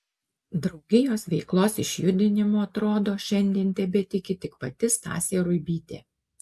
draugijos veiklos išjudinimu atrodo šiandien tebetiki tik pati stasė ruibytė